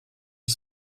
ils